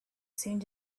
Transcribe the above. seemed